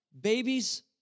Babies